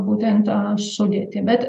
būtent tą sudėtį bet